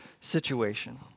situation